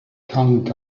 kang